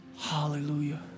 Hallelujah